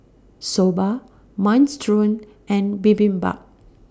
Soba Minestrone and Bibimbap